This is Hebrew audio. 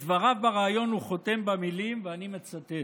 את דבריו בריאיון הוא חותם במילים, אני מצטט: